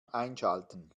einschalten